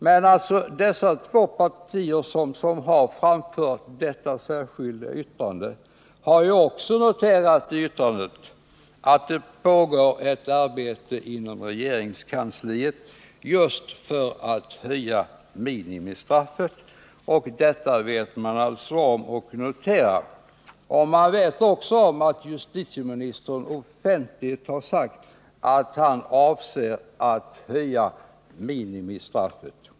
Men de två partier som har framfört detta särskilda yttrande har ju också noterat i yttrandet att det pågår ett arbete inom regeringskansliet just för att höja minimistraffet. Man vet också om att justitieministern offentligt har sagt att han avser att höja minimistraffet.